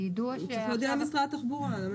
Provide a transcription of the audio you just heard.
הוא צריך להודיע למשרד התחבורה.